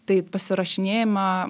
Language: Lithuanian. tai pasirašinėjama